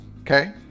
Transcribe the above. okay